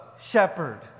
shepherd